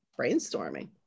brainstorming